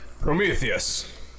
Prometheus